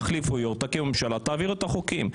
תחליפו יושב-ראש, תקימו ממשלה, תעבירו את החוקים.